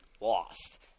lost